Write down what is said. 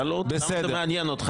שאלו אותו: למה זה מעניין אותך?